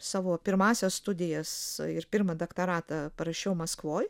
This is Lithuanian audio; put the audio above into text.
savo pirmąsias studijas ir pirmą doktoratą parašiau maskvoj